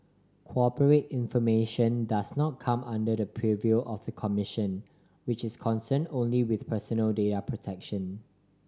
corporate information does not come under the purview of the commission which is concern only with personal data protection